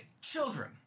children